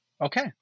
Okay